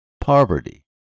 poverty